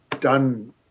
done